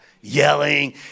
yelling